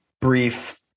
brief